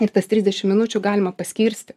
ir tas trisdešim minučių galima paskirstyt